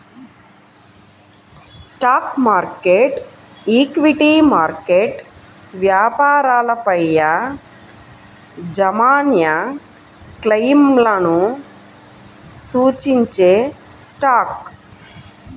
stock market, equity market వ్యాపారాలపైయాజమాన్యక్లెయిమ్లను సూచించేస్టాక్